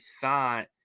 thought